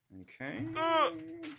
Okay